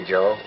Joe